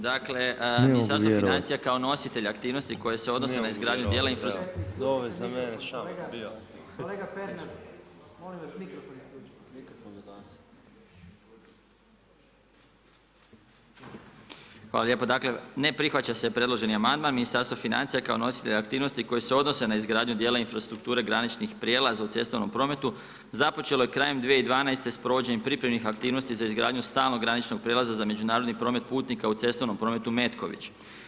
Dakle, Ministarstvo financija kao nositelj aktivnosti koji se odnosi na izgradnju djela infrastrukture [[Upadica predsjednik: Kolega Pernar, molim vas mikrofon isključite.]] Hvala lijepo, dakle ne prihvaća se predloženi amandman, Ministarstvo financija kao nositelj aktivnosti koji se odnose na izgradnju infrastrukture graničnih prijelaza u cestovnom prometu, započelo je krajem 2012. s provođenjem pripremnih aktivnosti za izgradnju stalnog graničnog prijelaza za međunarodni promet putnika u cestovnom prometu Metković.